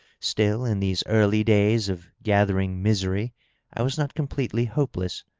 still, in these early days of gathering misery i was not completely hopeless.